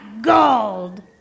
gold